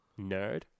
Nerd